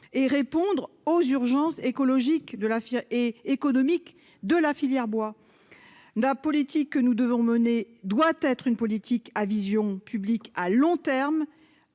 et répondre aux urgences écologiques de la fièvre et économique de la filière bois d'un politique que nous devons mener doit être une politique à vision publique à long terme